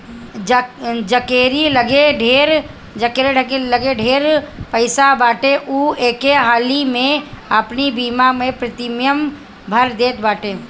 जकेरी लगे ढेर पईसा बाटे उ एके हाली में अपनी बीमा के प्रीमियम भर देत बाटे